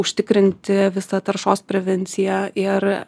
užtikrinti visą taršos prevenciją ir